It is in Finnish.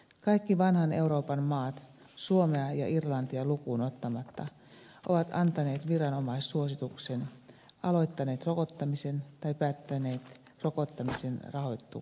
kaikki vanhan euroopan maat suomea ja irlantia lukuun ottamatta ovat antaneet viranomaissuosituksen aloittaneet rokottamisen tai päättäneet rokottamisen rahoituksesta